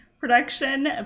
production